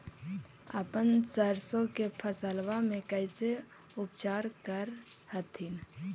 अपन सरसो के फसल्बा मे कैसे उपचार कर हखिन?